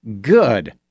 Good